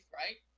right